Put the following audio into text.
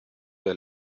der